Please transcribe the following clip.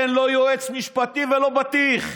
אין לא יועץ משפטי ולא בטיח.